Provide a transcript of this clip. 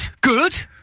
good